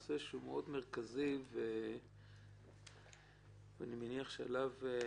נושא שהוא מאוד מרכזי ואני מניח שלגביו